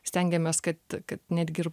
stengiamės kad netgi ir